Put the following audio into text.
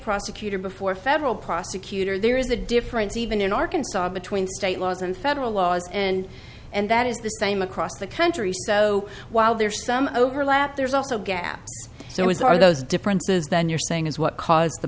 prosecutor before a federal prosecutor there is a difference even in arkansas between state laws and federal laws and and that is the same across the country so while there's some overlap there's also gaps so as are those differences then you're saying is what caused the